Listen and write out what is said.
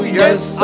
yes